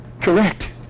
Correct